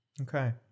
Okay